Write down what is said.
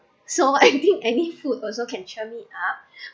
so anything any food also can cheer me up